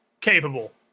capable